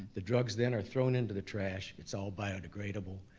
the drugs then are thrown into the trash, it's all biodegradable,